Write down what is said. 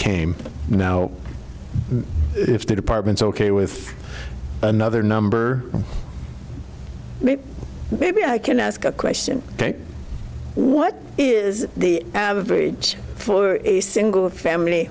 came now if the department's ok with another number maybe maybe i can ask a question what is the average for a single family